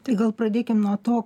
tai gal pradėkim nuo to